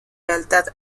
lealtad